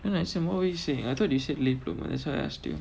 then I said what you say I thought you said late bloomer that's why I asked you